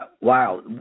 wow